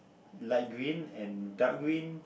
light green and dark green